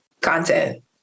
content